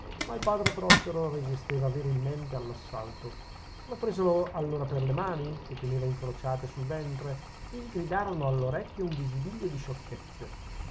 ma il padre prospero resisteva virilmente all'assalto lo presero allora per le mani che teneva incrociate sul ventre e gli gridarono all'orecchio un visibilio di sciocchezze